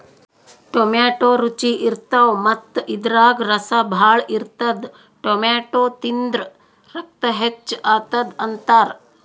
tomato ರುಚಿ ಇರ್ತವ್ ಮತ್ತ್ ಇದ್ರಾಗ್ ರಸ ಭಾಳ್ ಇರ್ತದ್ ಟೊಮ್ಯಾಟೋ ತಿಂದ್ರ್ ರಕ್ತ ಹೆಚ್ಚ್ ಆತದ್ ಅಂತಾರ್